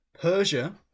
Persia